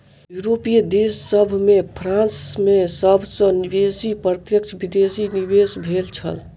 यूरोपीय देश सभ में फ्रांस में सब सॅ बेसी प्रत्यक्ष विदेशी निवेश भेल छल